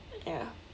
ya